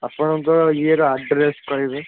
ଆପଣଙ୍କ your address କହିବେ